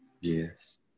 Yes